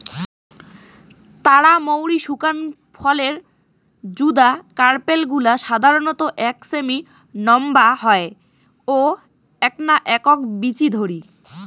তারা মৌরি শুকান ফলের যুদা কার্পেল গুলা সাধারণত এক সেমি নম্বা হয় ও এ্যাকনা একক বীচি ধরি